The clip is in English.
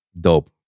Dope